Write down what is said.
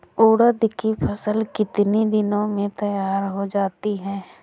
उड़द की फसल कितनी दिनों में तैयार हो जाती है?